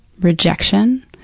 rejection